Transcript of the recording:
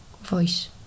voice